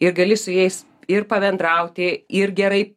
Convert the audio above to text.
ir gali su jais ir pabendrauti ir gerai